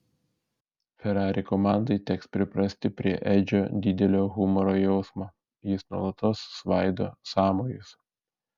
ferrari komandai teks priprasti prie edžio didelio humoro jausmo jis nuolatos svaido sąmojus